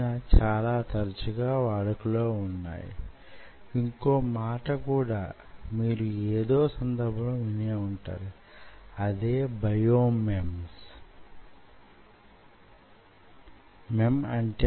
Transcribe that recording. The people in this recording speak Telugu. ఈ శక్తిని మీరు వెనక్కి లెక్క వేసుకుంటూ పోతే అది వుత్పన్నమైన శక్తికి సుమారుగా సమానంగా వుంటుంది అదనంగా కొంత విలువను కలిపితే